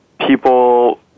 people